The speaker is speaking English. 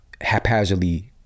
haphazardly